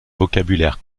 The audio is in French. vocabulaire